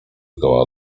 zgoła